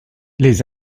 les